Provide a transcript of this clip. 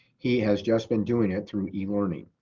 he has just been doing it through um e-learning.